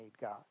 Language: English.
God